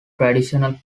traditional